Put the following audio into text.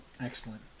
Excellent